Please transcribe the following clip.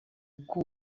uko